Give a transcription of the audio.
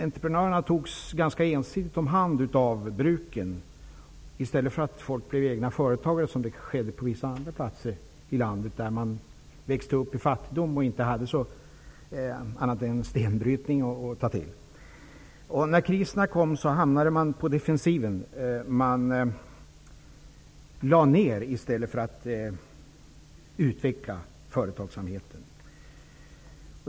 Entreprenörerna togs nämligen ganska ensidigt om hand av bruken, i stället för att folk blev egna företagare, som på vissa andra platser i landet, där människor växte upp i fattigdom och inte hade annat än stenbrytning att ta till. När kriserna kom hamnade man på defensiven; man lade ner i stället för att utveckla företagsamheten.